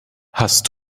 hast